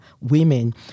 women